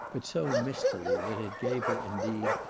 but so mistily that it gave her, indeed,